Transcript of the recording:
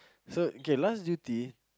so okay last duty